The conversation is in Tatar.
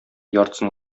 яртысын